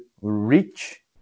rich